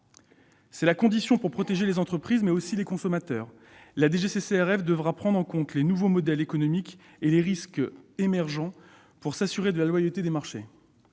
C'est la condition pour protéger les entreprises, mais aussi les consommateurs. La DGCCRF devra prendre en compte les nouveaux modèles économiques et les risques émergents pour s'assurer de la loyauté des marchés.